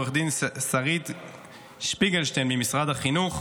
עורכת דין שרית שפיגלשטיין ממשרד החינוך,